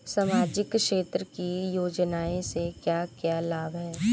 सामाजिक क्षेत्र की योजनाएं से क्या क्या लाभ है?